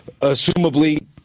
assumably